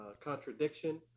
contradiction